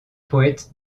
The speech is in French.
poète